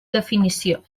definició